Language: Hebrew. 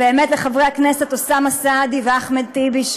לחברי הכנסת אוסאמה סעדי ואחמד טיבי,